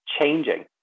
changing